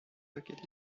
located